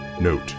Note